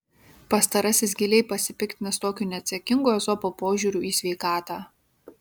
pastarasis giliai pasipiktinęs tokiu neatsakingu ezopo požiūriu į sveikatą